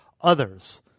others